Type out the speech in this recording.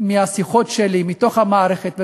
מהשיחות שלי עם אנשים מתוך המערכת,